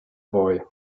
boy